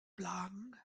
blagen